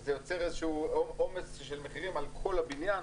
שזה יוצר עומס של מחירים על כל הבניין.